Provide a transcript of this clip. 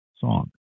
song